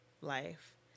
life